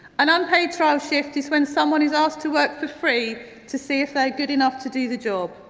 an unpaid trial shift is when someone is asked to work for free to see if they're good enough to do the job.